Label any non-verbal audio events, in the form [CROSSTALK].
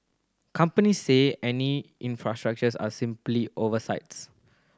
companies say any [UNINTELLIGIBLE] are simply oversights